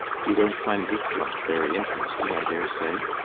you don't find this life very interesting, i dare say?